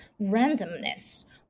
randomness